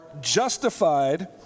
justified